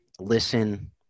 listen